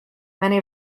many